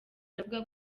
aravuga